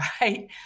right